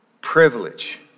privilege